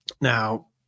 now